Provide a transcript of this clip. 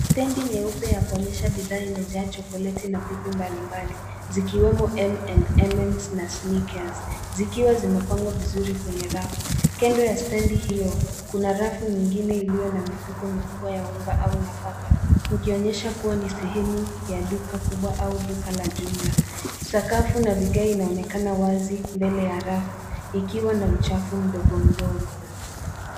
Stendi nyeupe ya kuonyesha bidhaa imejaa pipi na chokoleti mbalimbali zikiwemo M and N na Snickels, zikiwa zimepangwa vizuri kwenye rafu. Kandu ya stendi hiyo kuna rafu nyingine iliyo na mifuko ya unga au nafaka, ikionyesha ni sehemu ya duka kubwa au duka jumla. Sakafu na vigae inaonekana wazi mbele ya rafu, ikiwa na uchafu mdogo mdogo.